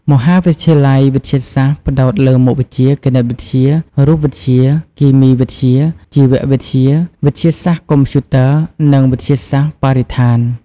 មហាវិទ្យាល័យវិទ្យាសាស្ត្រ ផ្តោតលើមុខវិជ្ជាគណិតវិទ្យា រូបវិទ្យា គីមីវិទ្យា ជីវវិទ្យា វិទ្យាសាស្រ្តកុំព្យូទ័រ និងវិទ្យាសាស្ត្របរិស្ថាន។